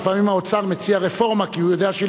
לפעמים האוצר מציע רפורמה כי הוא יודע שהיא